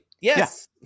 Yes